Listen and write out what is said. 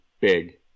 big